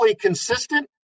consistent